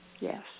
yes